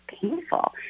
painful